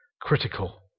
critical